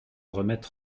remettre